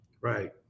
Right